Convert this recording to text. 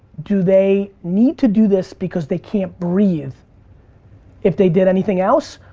do they need to do this because they can't breathe if they did anything else?